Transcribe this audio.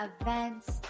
events